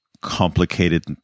complicated